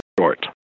short